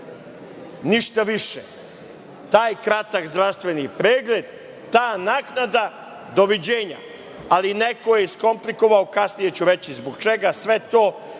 ništa više. Taj kratak zdravstveni pregled, ta naknada i doviđenja. Ali, neko je iskomplikovao sve to, kasnije ću reći zbog čega, i